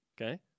Okay